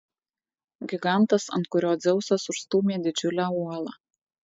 gigantas ant kurio dzeusas užstūmė didžiulę uolą